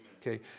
Okay